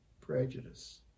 prejudice